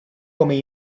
come